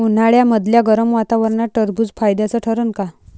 उन्हाळ्यामदल्या गरम वातावरनात टरबुज फायद्याचं ठरन का?